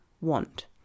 want